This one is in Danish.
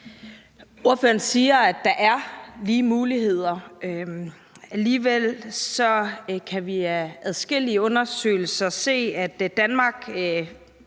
Ordføreren siger, at der er lige muligheder. Alligevel kan vi af adskillige undersøgelser se, at Danmark